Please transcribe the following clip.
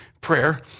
prayer